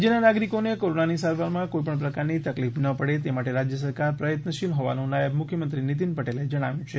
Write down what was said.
રાજયના નાગરિકોને કોરોનાની સારવારમાં કોઈપણ પ્રકારની તકલીફ ન પડે તે માટે રાજયસરકાર પ્રયત્નશીલ હોવાનું નાયબ મુખ્યમંત્રી નીતિન પટેલે જણાવ્યું છે